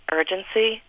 urgency